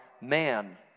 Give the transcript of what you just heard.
man